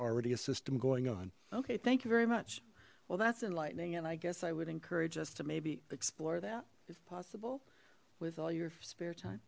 already a system going on okay thank you very much well that's enlightening and i guess i would encourage us to maybe explore that it's possible with all your spare time